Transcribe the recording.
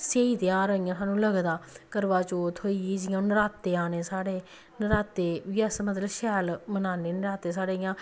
स्हेई तेहार इ'यां सानूं लगदा करवाचौथ होई गेई जि'यां हून नराते औने साढ़े नराते बी अस मतलब शैल मनाने नराते साढ़े इ'यां